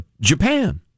Japan